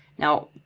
now,